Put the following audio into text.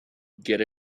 get